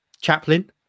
Chaplin